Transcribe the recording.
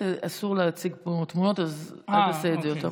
אסור להציג פה תמונות, אז אל תעשה את זה יותר.